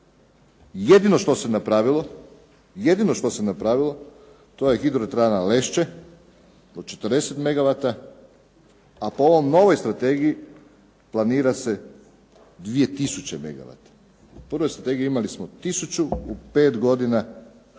Jedino što se napravilo to je hidroelektrana Lešće od 40 megawata, a po ovoj novoj strategiji planira se 2000 megawata. U prvoj strategiji imali smo 1000, u pet godina